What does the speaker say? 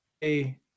Hey